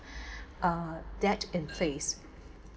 uh that in place